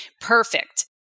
perfect